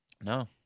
No